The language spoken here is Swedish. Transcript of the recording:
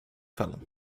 kvällen